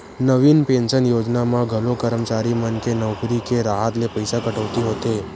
नवीन pension योजना म घलो करमचारी मन के नउकरी के राहत ले पइसा कटउती होथे